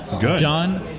John